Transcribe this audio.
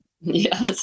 Yes